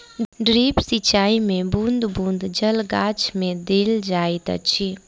drip सिचाई मे बूँद बूँद जल गाछ मे देल जाइत अछि